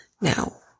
Now